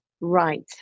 right